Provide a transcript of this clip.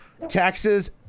Taxes